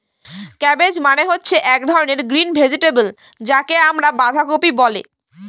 cabbage মানে হচ্ছে এক ধরনের গ্রিন ভেজিটেবল যাকে আমরা বাঁধাকপি বলে